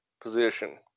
position